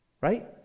Right